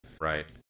Right